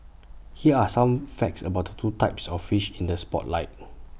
here are some facts about the two types of fish in the spotlight